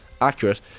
accurate